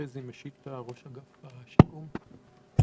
חזי משיטה, ראש אגף שיקום, בבקשה.